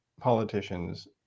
politicians